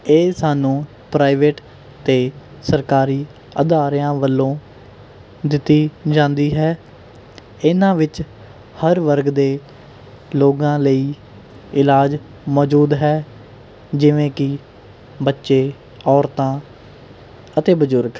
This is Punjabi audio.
ਇਹ ਸਾਨੂੰ ਪ੍ਰਾਈਵੇਟ ਅਤੇ ਸਰਕਾਰੀ ਅਦਾਰਿਆਂ ਵੱਲੋਂ ਦਿੱਤੀ ਜਾਂਦੀ ਹੈ ਇਨ੍ਹਾਂ ਵਿੱਚ ਹਰ ਵਰਗ ਦੇ ਲੋਕਾਂ ਲਈ ਇਲਾਜ ਮੌਜੂਦ ਹੈ ਜਿਵੇਂ ਕਿ ਬੱਚੇ ਔਰਤਾਂ ਅਤੇ ਬਜ਼ੁਰਗ